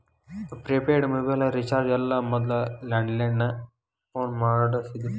prepaid mobile recharge ಎಲ್ಲ ಮೊದ್ಲ landline phone ಮಾಡಸ್ತಿದ್ರು